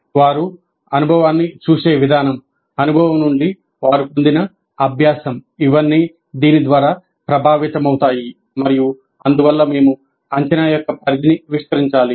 వారు అనుభవాన్ని చూసే విధానం అనుభవం నుండి వారు పొందిన అభ్యాసం ఇవన్నీ దీని ద్వారా ప్రభావితమవుతాయి మరియు అందువల్ల మేము అంచనా యొక్క పరిధిని విస్తరించాలి